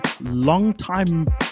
longtime